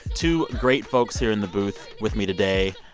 two great folks here in the booth with me today.